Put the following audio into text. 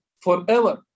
forever